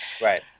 Right